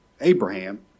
Abraham